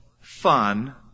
fun